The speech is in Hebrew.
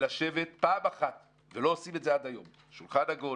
לשבת פעם אחת ולא עושים את זה עד היום בשולחן עגול